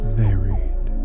varied